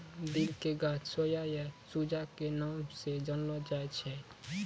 दिल के गाछ सोया या सूजा के नाम स जानलो जाय छै